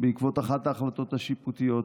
בעקבות אחת ההחלטות השיפוטיות.